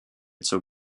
zur